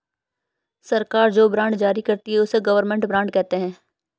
सरकार जो बॉन्ड जारी करती है, उसे गवर्नमेंट बॉन्ड कहते हैं